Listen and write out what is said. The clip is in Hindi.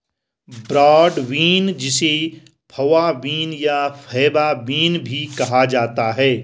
ब्रॉड बीन जिसे फवा बीन या फैबा बीन भी कहा जाता है